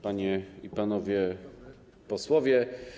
Panie i Panowie Posłowie!